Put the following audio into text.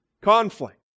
conflict